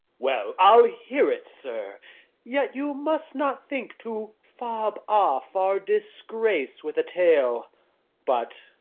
well, i'll hear it, sir yet you must not think to fob off our disgrace with a tale but,